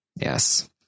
Yes